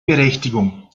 berechtigung